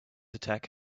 attack